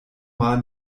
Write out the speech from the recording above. mal